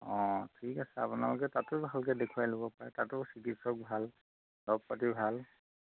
অঁ ঠিক আছে আপোনালোকে তাতো ভালকে দেখুৱাই ল'ব পাৰে তাতো চিকিৎসক ভাল দৰৱ পাতি ভাল